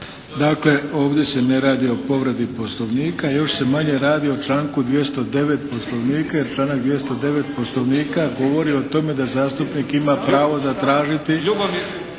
Dakle, ovdje se ne radi o povredi Poslovnika, još se manje radi o članku 209. Poslovnika, jer članak 209. Poslovnika govori o tome da zastupnik ima pravo zatražiti